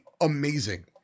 amazing